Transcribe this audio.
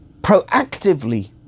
proactively